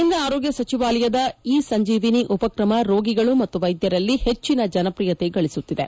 ಕೇಂದ್ರ ಆರೋಗ್ಲ ಸಚಿವಾಲಯದ ಇ ಸಂಜೀವಿನಿ ಉಪಕ್ರಮ ರೋಗಿಗಳು ಮತ್ತು ವೈದ್ಯರಲ್ಲಿ ಹೆಚ್ಚಿನ ಜನಪ್ರಿಯತೆ ಗಳಿಸುತ್ತಿದೆ